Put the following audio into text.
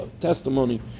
testimony